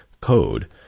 code